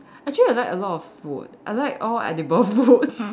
actually I like a lot of food I like all edible food